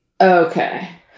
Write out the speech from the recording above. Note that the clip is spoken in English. Okay